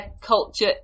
culture